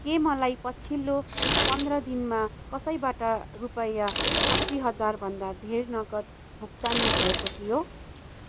के मलाई पछिल्लो पन्ध्र दिनमा कसैबाट रुपैयाँ अस्सी हजार भन्दा धेर नगद भुक्तानी भएको थियो